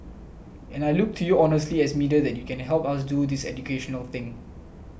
and I look to you honestly as media that you can help us do this educational thing